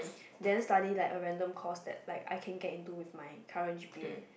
then study like a random course that like I can get into with my current g_p_a